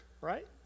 right